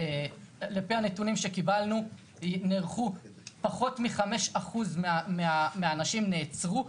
לפי הנתונים שקיבלנו, פחות מ-5% מהאנשים נעצרו.